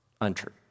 Untrue